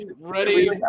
ready